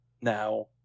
Now